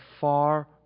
far